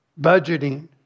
budgeting